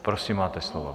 Prosím, máte slovo.